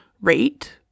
rate